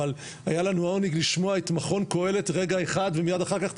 אבל היה לנו העונג לשמוע את מכון קהלת רגע אחד ומיד אחר כך את